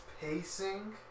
pacing